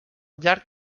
llarg